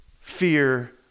Fear